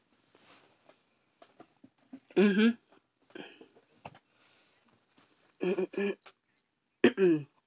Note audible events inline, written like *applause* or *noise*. mmhmm *noise*